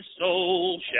soul